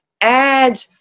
add